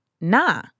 nah